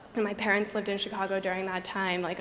and my parents lived in chicago during that time, like